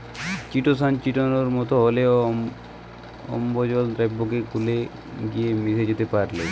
chitosan চিটোনের মতো হলেও অম্লজল দ্রাবকে গুলে গিয়ে মিশে যেতে পারেল